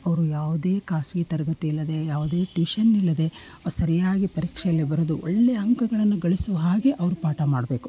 ಅವರು ಯಾವುದೇ ಖಾಸಗಿ ತರಬೇತಿ ಇಲ್ಲದೇ ಟ್ಯೂಷನ್ ಇಲ್ಲದೇ ಸರಿಯಾಗಿ ಪರೀಕ್ಷೆಯಲ್ಲಿ ಬರೆದು ಒಳ್ಳೆಯ ಅಂಕಗಳನ್ನು ಗಳಿಸುವ ಹಾಗೆ ಅವರು ಪಾಠ ಮಾಡಬೇಕು